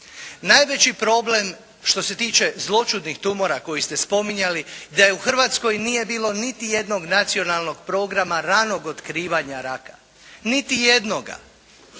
Najveći problem što se tiče zločudnih tumora koje ste spominjali da je u Hrvatskoj nije bilo niti jednog nacionalnog programa ranog otkrivanja raka. Niti jednoga.